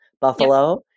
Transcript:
Buffalo